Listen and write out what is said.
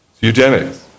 eugenics